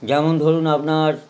যেমন ধরুন আপনার